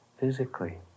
physically